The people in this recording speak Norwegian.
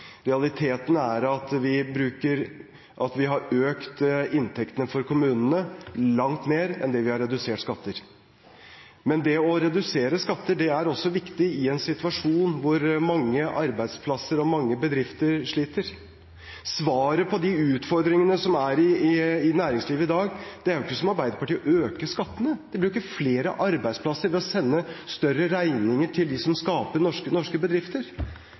Realiteten er at vi har økt inntektene for kommunene langt mer enn det vi har redusert skatter, men det å redusere skatter er også viktig i en situasjon hvor mange arbeidsplasser og mange bedrifter sliter. Svaret på de utfordringene som er i næringslivet i dag, er ikke, som Arbeiderpartiets, å øke skattene. Det blir ikke flere arbeidsplasser ved å sende større regninger til dem som skaper norske bedrifter.